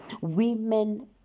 Women